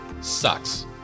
sucks